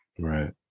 Right